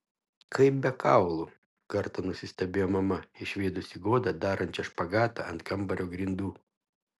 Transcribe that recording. kaip be kaulų kartą nusistebėjo mama išvydusi godą darančią špagatą ant kambario grindų